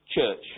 church